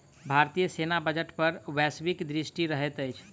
भारतीय सेना बजट पर वैश्विक दृष्टि रहैत अछि